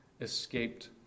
escaped